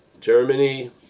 Germany